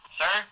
sir